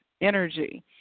energy